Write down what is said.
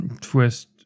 twist